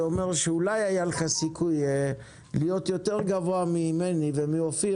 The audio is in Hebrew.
זה אומר שאולי היה לך סיכוי להיות יותר גבוה ממני ומאופיר,